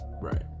right